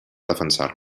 defensar